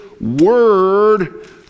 word